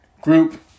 Group